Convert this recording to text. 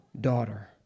daughter